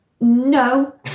No